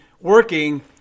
working